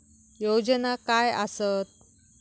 योजना काय आसत?